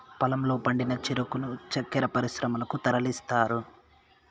పొలంలో పండిన చెరుకును చక్కర పరిశ్రమలకు తరలిస్తారు